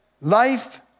life